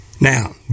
Now